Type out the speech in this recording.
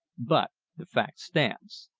but the fact stands.